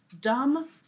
dumb